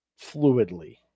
Fluidly